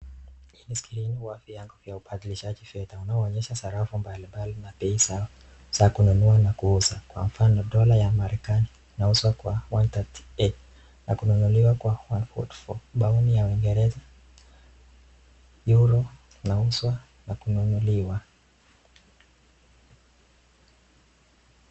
Hii ni skeli ya ubadilishaji wa fedha unaoonyesha sarafu mbalimbali na bei zaoza kununua na kuuza, kwa mfano dola ya marekani inauzwa kwa 138 na kuuzwa kwa 144, pauni ya uingereza Euro unauzwa na kununuliwa.